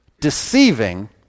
deceiving